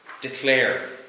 declare